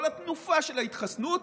כל התנופה של ההתחסנות